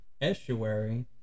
estuary